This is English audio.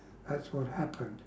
that's what happened